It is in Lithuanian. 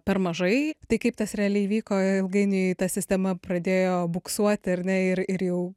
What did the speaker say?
per mažai tai kaip tas realiai vyko ilgainiui ta sistema pradėjo buksuoti ar ne ir ir jau